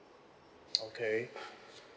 okay